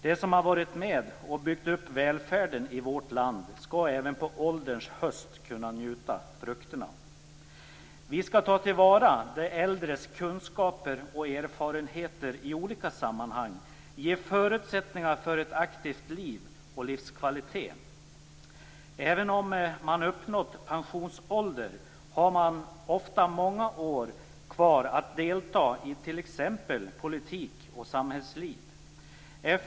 De som har varit med och byggt upp välfärden i vårt land skall även på ålderns höst kunna njuta av frukterna. Vi skall ta till vara de äldres kunskaper och erfarenheter i olika sammanhang, ge förutsättningar för ett aktivt liv och livskvalitet. Även om man uppnått pensionsåldern har man ofta många år kvar att delta i t.ex. politisk verksamhet och samhällsliv.